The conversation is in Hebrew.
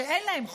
שאין להם חוב,